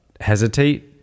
hesitate